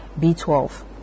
B12